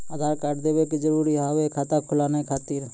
आधार कार्ड देवे के जरूरी हाव हई खाता खुलाए खातिर?